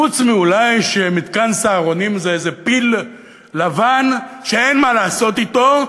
אול חוץ מזה שמתקן "סהרונים" זה איזה פיל לבן שאין מה לעשות אתו,